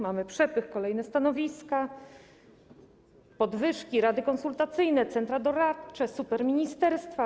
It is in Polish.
Mamy przepych: kolejne stanowiska, podwyżki, rady konsultacyjne, centra doradcze, superministerstwa.